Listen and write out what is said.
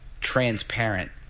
transparent